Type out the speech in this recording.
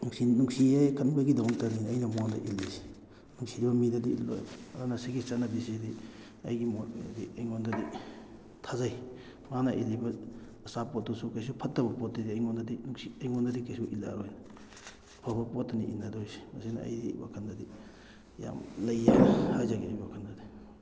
ꯅꯨꯡꯁꯤ ꯅꯨꯡꯁꯤꯑꯦ ꯈꯟꯕꯒꯤꯗꯃꯛꯇꯅꯤ ꯑꯩꯅ ꯃꯉꯣꯟꯗ ꯏꯜꯂꯤꯁꯦ ꯅꯨꯡꯁꯤꯗꯕ ꯃꯤꯗꯗꯤ ꯏꯜꯂꯣꯏ ꯑꯗꯨꯅ ꯁꯤꯒꯤ ꯆꯠꯅꯕꯤꯁꯤꯗꯤ ꯑꯩꯒꯤ ꯃꯣꯠꯇꯗꯤ ꯑꯩꯉꯣꯟꯗꯗꯤ ꯊꯥꯖꯩ ꯃꯥꯅ ꯏꯜꯂꯤꯕ ꯑꯆꯥꯄꯣꯠ ꯇꯨꯁꯨ ꯀꯩꯁꯨ ꯐꯠꯇꯕ ꯄꯣꯠꯇꯗꯤ ꯑꯩꯉꯣꯟꯗꯗꯤ ꯑꯩꯉꯣꯟꯗꯗꯤ ꯀꯩꯁꯨ ꯏꯜꯂꯛꯂꯔꯣꯏ ꯑꯐꯕ ꯄꯣꯠꯇꯅꯤ ꯏꯟꯅꯗꯣꯏꯁꯦ ꯃꯁꯤꯅ ꯑꯩꯒꯤ ꯋꯥꯈꯜꯗꯗꯤ ꯌꯥꯝ ꯂꯩ ꯍꯥꯏꯅ ꯍꯥꯏꯖꯒꯦ ꯑꯩꯒꯤ ꯋꯥꯈꯜꯗꯗꯤ